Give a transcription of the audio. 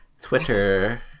Twitter